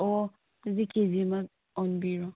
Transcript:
ꯑꯣ ꯑꯗꯨꯗꯤ ꯀꯦꯖꯤ ꯑꯃ ꯑꯣꯟꯕꯤꯔꯣ